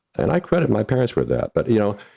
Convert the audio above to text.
and i credit my parents for that. but you know,